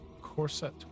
Corset